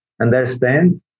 understand